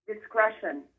discretion